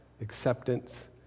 acceptance